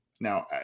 now